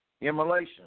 immolation